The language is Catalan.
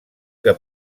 que